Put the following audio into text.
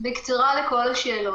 בקצרה לכל השאלות.